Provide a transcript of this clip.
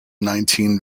nineteen